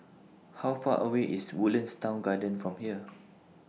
How Far away IS Woodlands Town Garden from here